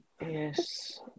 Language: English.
Yes